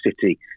City